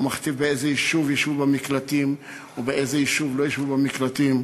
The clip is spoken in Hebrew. הוא מכתיב באיזה יישוב ישבו במקלטים ובאיזה יישוב לא ישבו במקלטים,